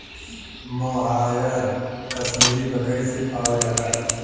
मोहायर कशमीरी बकरी से पावल जाला